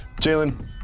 Jalen